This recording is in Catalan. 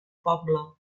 poble